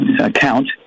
account